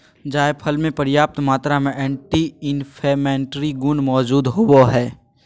जायफल मे प्रयाप्त मात्रा में एंटी इंफ्लेमेट्री गुण मौजूद होवई हई